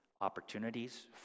opportunities